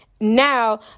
Now